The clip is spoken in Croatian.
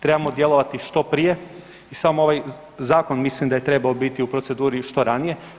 Trebamo djelovati što prije i sam ovaj zakon mislim da je trebao biti u proceduri što ranije.